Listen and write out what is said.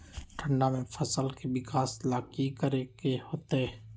ठंडा में फसल के विकास ला की करे के होतै?